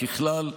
ככלל,